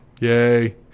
Yay